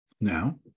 Now